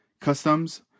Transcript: customs